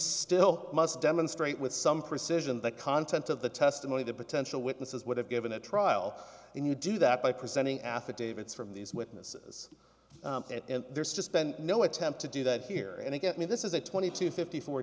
still must demonstrate with some precision the content of the testimony the potential witnesses would have given a trial and you do that by presenting affidavits from these witnesses and there's just been no attempt to do that here and get me this is a twenty to fifty four